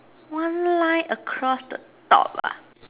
one line across the top ah